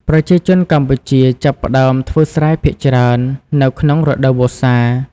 ប្រជាជនកម្ពុជាចាប់ផ្តើមធ្វើស្រែភាគច្រើននៅក្នុងរដូវវស្សា។